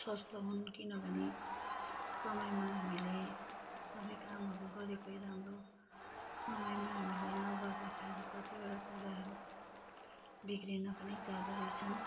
स्वस्थ हुन् किनभने समयमा हामीले सबै कामहरू गरेकै राम्रो समयमा हामीले नगर्दाखेरि कतिवटा कुराहरू बिग्रिन पनि जाँदोरहेछन्